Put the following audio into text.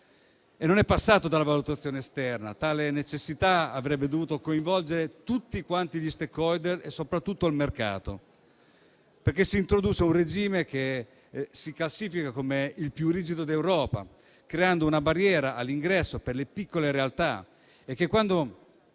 e non è passato dalla valutazione esterna. Tale necessità avrebbe dovuto coinvolgere tutti gli *stakeholder* e soprattutto il mercato, perché si introduce un regime che si classifica come il più rigido d'Europa, creando una barriera all'ingresso per le piccole realtà, che a